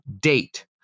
date